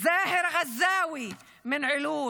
זאהר גזאווי מעילוט,